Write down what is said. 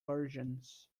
versions